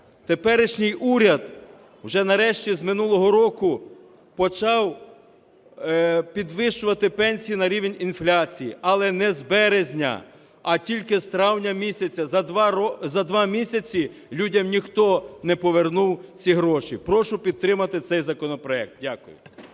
теперішній уряд уже нарешті з минулого року почав підвищувати пенсії на рівень інфляції, але не з березня, а тільки з травня місяця, за два місяці людям ніхто не повернув ці гроші. Прошу підтримати цей законопроект. Дякую.